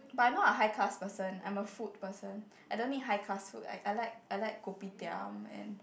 but I'm not a high class person I'm a food person I don't need high class food I I like I like Kopitiam and